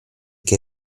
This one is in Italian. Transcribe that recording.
che